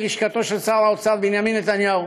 בלשכתו של שר האוצר בנימין נתניהו,